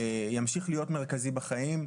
ימשיך להיות מרכזי בחיים.